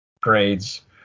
grades